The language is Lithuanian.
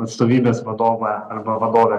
atstovybės vadovą arba vadovę